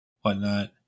whatnot